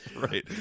right